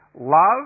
love